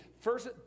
First